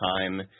time